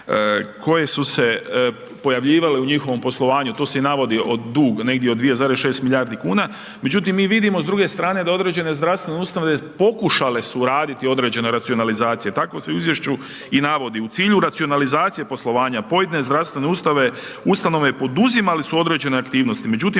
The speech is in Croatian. koje su se, pojavljivale u njihovom poslovanju. Tu se i navodi dug negdje od 2,6 milijarde kuna. Međutim mi vidimo s druge strane da određene zdravstvene ustanove pokušale su uraditi određene racionalizacije. Tako se u izvješću i navodi, u cilju racionalizacije poslovanja pojedine zdravstvene ustanove poduzimale su određene aktivnosti međutim